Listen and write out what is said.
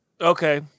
Okay